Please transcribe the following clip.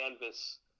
canvas